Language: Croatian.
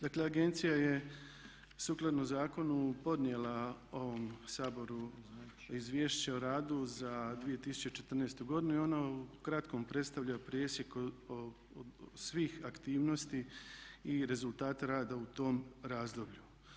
Dakle, agencija je sukladno zakonu podnijela ovom Saboru Izvješće o radu za 2014. godinu i ono ukratko predstavlja presjek svih aktivnosti i rezultata rada u tom razdoblju.